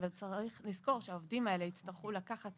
אבל צריך לזכור שהעובדים האלה יצטרכו לקחת